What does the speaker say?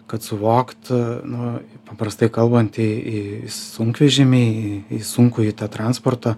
kad suvokt nu paprastai kalbant į į sunkvežimį į į sunkųjį tą transportą